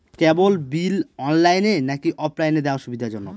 কেবল bill অনলাইনে নাকি অফলাইনে দেওয়া সুবিধাজনক?